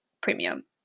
premium